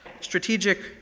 Strategic